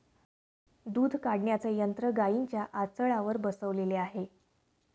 दूध काढण्याचे यंत्र गाईंच्या आचळावर बसवलेले आहे